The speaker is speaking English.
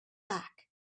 back